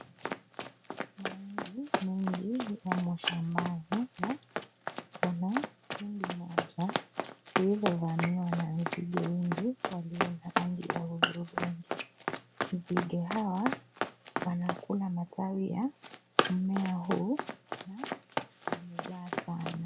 Mahindi mengi yapo shambani na kuna hindi moja lililovamiwa na nzige wengi walio na rangi ya hudhurungi. Nzige hawa wanakula matawi ya mmea huu na wamejaa sana.